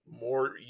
more